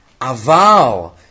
Aval